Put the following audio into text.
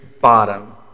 bottom